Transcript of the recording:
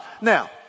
Now